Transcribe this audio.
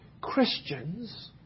Christians